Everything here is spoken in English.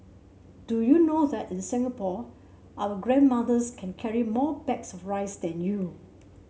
do you know that in Singapore our grandmothers can carry more bags of rice than you